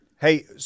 Hey